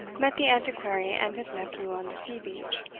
met the antiquary and his nephew on the sea-beach.